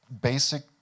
basic